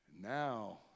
Now